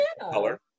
Color